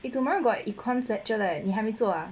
eh tomorrow got econs lecture leh 你还没做啊